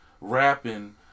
rapping